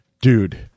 dude